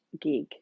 gig